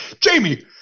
jamie